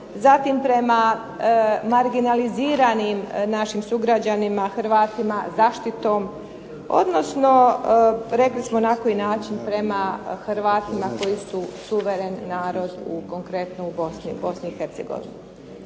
zatim prema marginaliziranim našim sugrađanima Hrvatima zaštitom odnosno rekli smo na koji način prema Hrvatima koji su suveren narod konkretno u Bosni i Hercegovini.